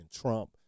Trump